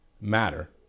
matter